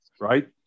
right